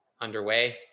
underway